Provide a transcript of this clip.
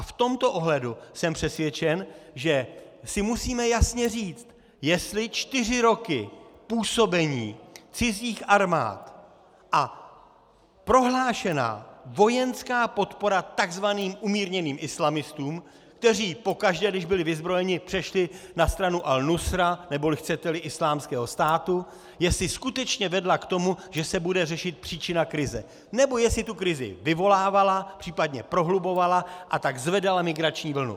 V tomto ohledu jsem přesvědčen, že si musíme jasně říct, jestli čtyři roky působení cizích armád a prohlášená vojenská podpora tzv. umírněným islamistům, kteří pokaždé, když byli vyzbrojeni, přešli na stranu AlNusra, nebo chceteli, Islámského státu, jestli skutečně vedla k tomu, že se bude řešit příčina krize, nebo jestli tu krizi vyvolávala, případně prohlubovala, a tak zvedala migrační vlnu.